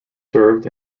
served